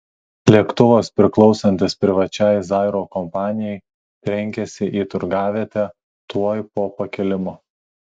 lėktuvas priklausantis privačiai zairo kompanijai trenkėsi į turgavietę tuoj po pakilimo